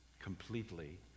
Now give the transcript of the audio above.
completely